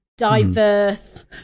Diverse